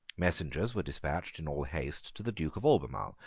messengers were despatched in all haste to the duke of albemarle,